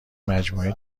مجموعه